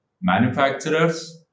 manufacturers